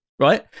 Right